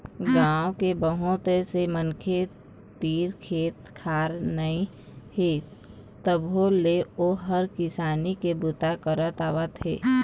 गाँव के बहुत से मनखे तीर खेत खार नइ हे तभो ले ओ ह किसानी के बूता करत आवत हे